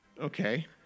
Okay